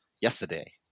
yesterday